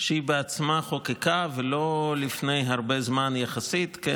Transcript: שהיא בעצמה חוקקה, ולא לפני הרבה זמן יחסית, כן?